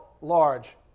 large